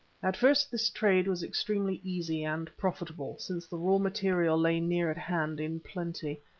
at first this trade was extremely easy and profitable, since the raw material lay near at hand in plenty.